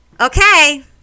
Okay